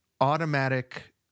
automatic